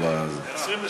27 דקות,